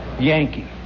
yankee